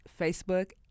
Facebook